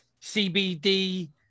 CBD